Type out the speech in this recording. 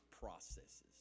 processes